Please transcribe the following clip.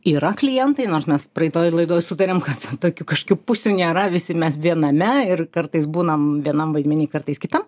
yra klientai nors mes praeitoj laidoj sutarėm kad tokių kažkokių pusių nėra visi mes viename ir kartais būnam vienam vaidmeny kartais kitam